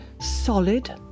Solid